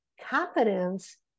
confidence